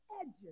edges